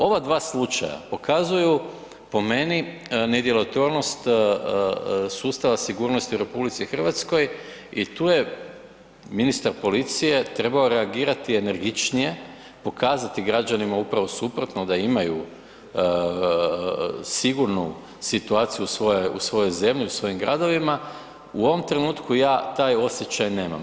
Ova dva slučaja pokazuju po meni nedjelotvornost sustava sigurnosti u RH i tu je ministar policije trebao reagirati energičnije, pokazati građanima upravo suprotno, da imaju sigurno situaciju u svojoj zemlji, u svojim gradovima, u ovom trenutku ja taj osjećaj nemam.